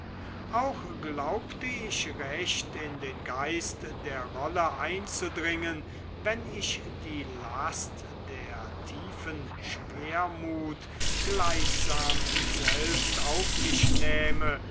auch glaubte ich recht in den geist der rolle einzudringen wenn ich die last der tiefen schwermut gleichsam selbst auf mich nähme